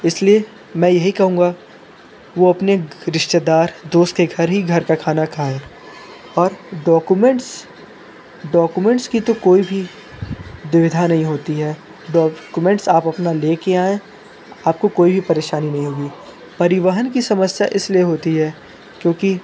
इसलिए मैं यही कहूँगा वो अपने रिश्तेदार दोस्त के घर ही घर का खाना खाएं और डोकुमेंट्स डोकुमेंट्स की तो कोई भी दुविधा नहीं होती है डोकुमेंट्स आप अपना ले के आएं आपको कोई वी परेशानी नहीं होगी परिवहन की समस्या इसलिए होती है क्योंकि